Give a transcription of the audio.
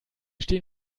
stehen